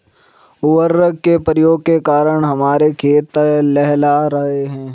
उर्वरक के प्रयोग के कारण हमारे खेत लहलहा रहे हैं